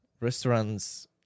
restaurants